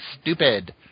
stupid